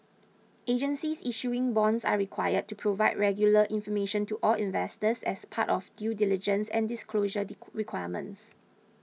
agencies issuing bonds are required to provide regular information to all investors as part of due diligence and disclosure requirements